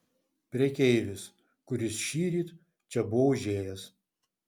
prekeivis kuris šįryt čia buvo užėjęs